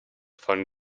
von